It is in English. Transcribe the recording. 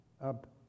up